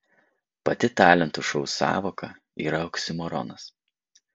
pati talentų šou sąvoka yra oksimoronas